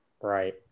Right